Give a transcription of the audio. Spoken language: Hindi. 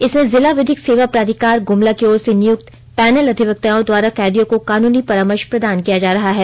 इसमें जिला विधिक सेवा प्राधिकार ग्मला की ओर से नियुक्त पैनल अधिवक्ताओं द्वारा कैदियों को कानूनी परामर्ष प्रदान किया जा रहा है